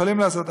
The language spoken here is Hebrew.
יכולים לעשות.